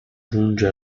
giunge